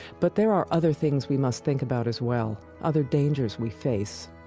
but there are other things we must think about as well, other dangers we face.